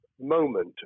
moment